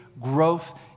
growth